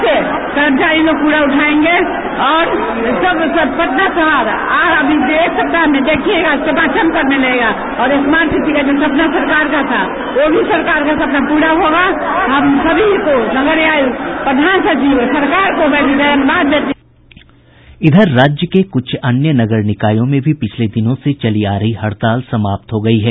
bite इधर राज्य के कुछ अन्य नगर निकायों में भी पिछले दिनों से चली आ रही हड़ताल समाप्त हो गयी है